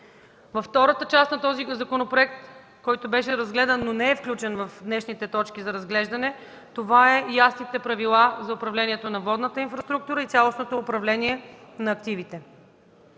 Във втората част на този законопроект, който беше разгледан, но не е включено в днешните точки за разглеждане, това са ясните правила за управление на водната инфраструктура и цялостното управление на активите.